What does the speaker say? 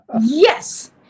Yes